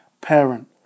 parent